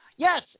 Yes